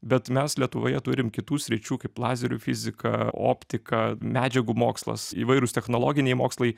bet mes lietuvoje turim kitų sričių kaip lazerių fizika optika medžiagų mokslas įvairūs technologiniai mokslai